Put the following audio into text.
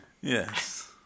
Yes